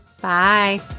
Bye